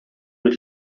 mit